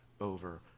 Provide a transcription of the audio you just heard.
over